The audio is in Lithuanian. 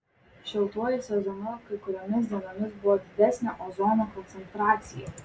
šiltuoju sezonu kai kuriomis dienomis buvo didesnė ozono koncentracija